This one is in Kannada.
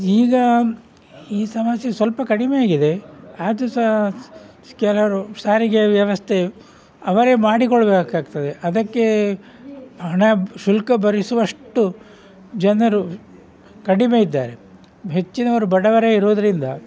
ಈಗ ಈ ಸಮಸ್ಯೆ ಸ್ವಲ್ಪ ಕಡಿಮೆಯಾಗಿದೆ ಆದರೂ ಸಹ ಕೆಲವರು ಸಾರಿಗೆ ವ್ಯವಸ್ಥೆ ಅವರೇ ಮಾಡಿಕೊಳ್ಳಬೇಕಾಗ್ತದೆ ಅದಕ್ಕೆ ಹಣ ಶುಲ್ಕ ಭರಿಸುವಷ್ಟು ಜನರು ಕಡಿಮೆಯಿದ್ದಾರೆ ಹೆಚ್ಚಿನವರು ಬಡವರೇ ಇರೋದರಿಂದ